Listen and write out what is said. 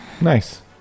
Nice